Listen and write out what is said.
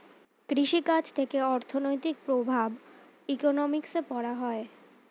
কৃষি কাজ থেকে অর্থনৈতিক প্রভাব ইকোনমিক্সে পড়া হয়